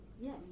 yes